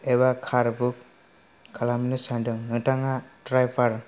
एबा car book खालामनो सानदों नोंथाङा ड्राइबार